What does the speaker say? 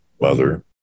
mother